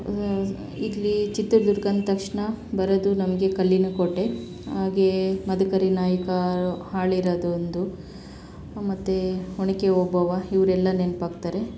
ಇಲ್ಲಿ ಚಿತ್ರದುರ್ಗ ಅಂದ ತಕ್ಷಣ ಬರೋದು ನಮಗೆ ಕಲ್ಲಿನ ಕೋಟೆ ಹಾಗೇ ಮದಕರಿ ನಾಯಕರು ಆಳಿರೋದೊಂದು ಮತ್ತು ಒನಕೆ ಓಬವ್ವ ಇವರೆಲ್ಲ ನೆನಪಾಗ್ತಾರೆ